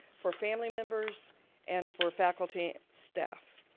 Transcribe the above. for family members and for faculty staff.